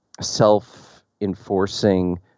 self-enforcing